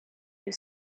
you